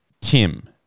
Tim